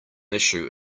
issue